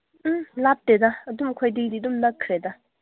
ꯎꯝ ꯂꯥꯞꯇꯦꯗ ꯑꯗꯨꯝ ꯑꯩꯈꯣꯏꯗꯩꯗꯤ ꯑꯗꯨꯝ ꯅꯛꯈ꯭ꯔꯦꯗ